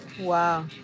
Wow